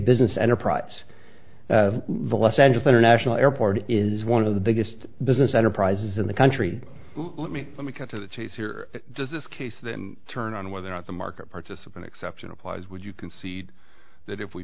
business enterprise the less angeles international airport is one of the biggest business enterprises in the country let me let me cut to the chase here just this case that turn on whether or not the market participant exception applies would you concede that if we